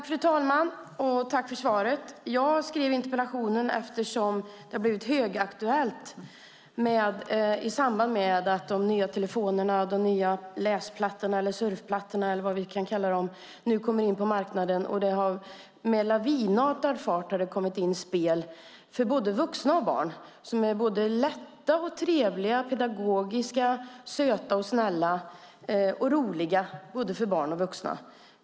Fru talman! Jag tackar för svaret. Jag skrev interpellationen eftersom frågan blivit högaktuell i samband med att de nya telefonerna och läsplattorna, eller surfplattorna eller vad vi ska kalla dem, nu kommer på marknaden. Det har med lavinartad fart kommit in spel för både vuxna och barn som är lätta, trevliga, pedagogiska, söta, snälla och roliga.